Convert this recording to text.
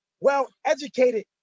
well-educated